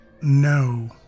No